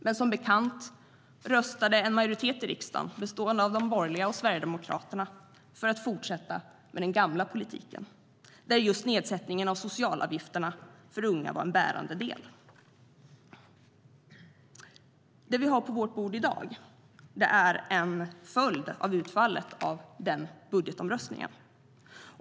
Men som bekant röstade en majoritet i riksdagen bestående av de borgerliga och Sverigedemokraterna för att fortsätta med den gamla politiken, där just nedsättningen av socialavgifterna för unga var en bärande del. Det vi har på vårt bord i dag är en följd av utfallet av den budgetomröstningen.